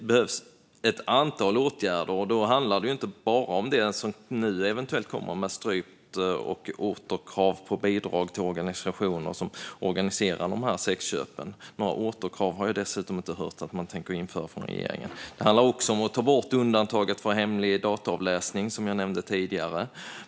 Det behövs ett antal åtgärder, och det handlar då inte bara om det som eventuellt kommer om strypt och återkrävt bidrag från organisationer som organiserar sexköpen. Jag har dessutom inte hört att regeringen tänker införa några återkrav. Det handlar också om att ta bort undantaget för hemlig dataavläsning, som jag nämnde tidigare.